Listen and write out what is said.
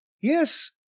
Yes